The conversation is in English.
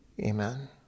Amen